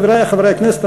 חברי חברי הכנסת,